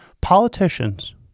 Politicians